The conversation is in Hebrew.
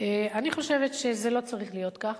אני חושבת שזה לא צריך להיות כך.